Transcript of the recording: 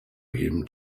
him